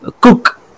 cook